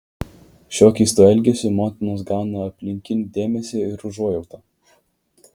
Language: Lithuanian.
šiuo keistu elgesiu motinos gauna aplinkinių dėmesį ir užuojautą